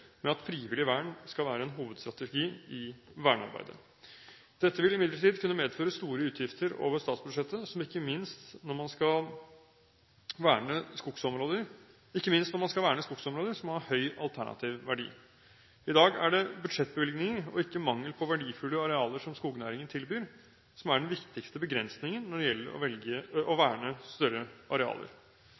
med at frivillig vern skal være en hovedstrategi i vernearbeidet. Dette vil imidlertid kunne medføre store utgifter over statsbudsjettet – ikke minst når man skal verne skogsområder som har høy alternativ verdi. I dag er det budsjettbevilgninger – og ikke mangel på verdifulle arealer som skognæringen tilbyr – som er den viktigste begrensningen når det gjelder å verne større arealer.